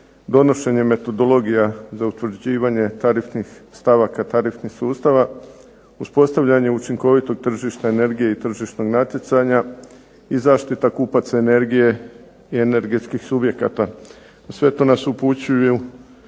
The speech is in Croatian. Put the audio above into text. donošenje metodologija za utvrđivanje tarifnih stavaka, tarifnih sustava, uspostavljanje učinkovitog tržišta energije i tržišnog natjecanja, i zaštita kupaca energije i energetskih subjekata. Sve to nas upućuju